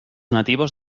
nativos